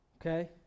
okay